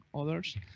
others